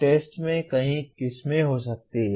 test में कई किस्में हो सकती हैं